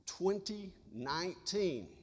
2019